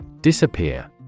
Disappear